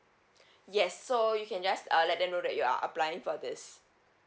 yes so you can just uh let them know that you're applying for this